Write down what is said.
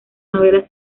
novela